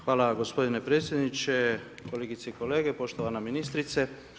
Hvala vam gospodine predsjedniče, kolegice i kolege, poštovana ministrice.